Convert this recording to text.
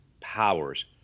powers